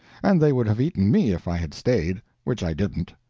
and they would have eaten me if i had stayed which i didn't,